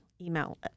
email